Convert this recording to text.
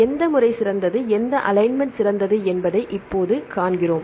எந்த முறை சிறந்தது எந்த அலைன்மென்ட் சிறந்தது என்பதை இப்போது காண்கிறோம்